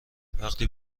وقتی